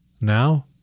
Now